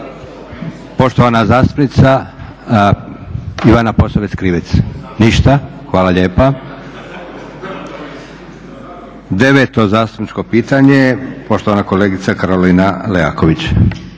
Poštovana zastupnica Ivana Posavec Krivec. Ništa? Hvala lijepa. 9. zastupničko pitanje, poštovana kolegica Karolina Leaković.